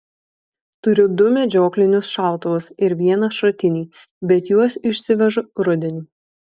turiu du medžioklinius šautuvus ir vieną šratinį bet juos išsivežu rudenį